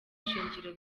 shingiro